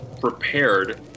prepared